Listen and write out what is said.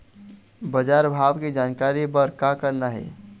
बजार भाव के जानकारी बर का करना हे?